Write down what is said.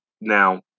now